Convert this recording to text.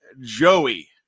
Joey